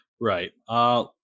Right